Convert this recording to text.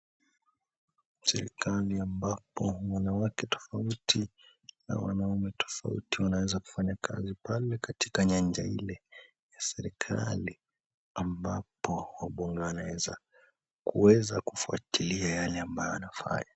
Serikali ambapo, wanawake tofauti na wanaume tofauti wanaweza kufanya kazi pale katika nyanja ile. Serikali ambapo wabonga wanaweza kuweza kufuatilia yale ambayo wanafanya.